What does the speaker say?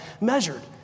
measured